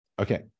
Okay